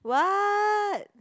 what